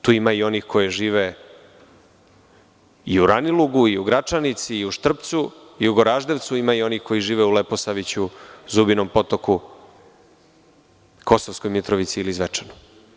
Tu ima i onih koji žive i u Ranilugu, Gračanici, Štrpcu, Goraždevcu, ima i onih koji žive u Leposaviću, Zubinom Potoku, Kosovskoj Mitrovici ili Zvečanu.